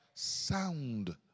Sound